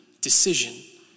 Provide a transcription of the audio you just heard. decision